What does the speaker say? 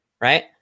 right